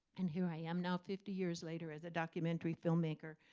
and here i am now, fifty years later, as a documentary filmmaker,